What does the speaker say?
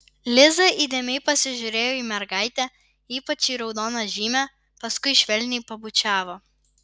liza įdėmiai pasižiūrėjo į mergaitę ypač į raudoną žymę paskui švelniai pabučiavo